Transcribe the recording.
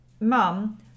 mum